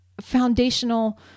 foundational